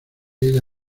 ella